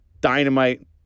dynamite